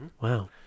Wow